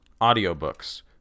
audiobooks